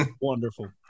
Wonderful